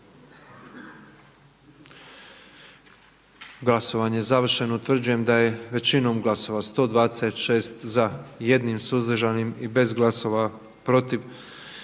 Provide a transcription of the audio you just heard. Glasovanje je završeno. Utvrđujem da je većinom glasova 78 za, 6 suzdržanih i 32 protiv